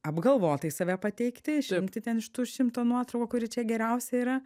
apgalvotai save pateikti išrinkti ten iš tų šimto nuotraukų kuri čia geriausia yra